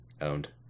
Owned